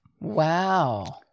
Wow